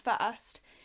first